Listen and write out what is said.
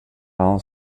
hans